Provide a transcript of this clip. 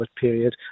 period